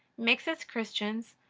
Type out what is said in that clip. makes us christians,